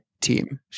team